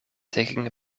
taking